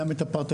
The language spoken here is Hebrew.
גם את הפרטני,